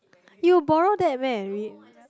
you'll borrow that meh and read